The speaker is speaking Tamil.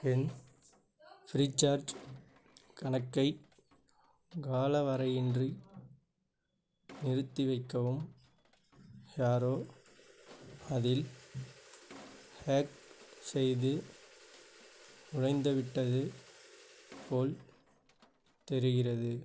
என் ஃப்ரீ சார்ஜ் கணக்கை காலவரையின்றி நிறுத்தி வைக்கவும் யாரோ அதில் ஹேக் செய்து நுழைந்தவிட்டது போல் தெரிகிறது